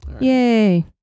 yay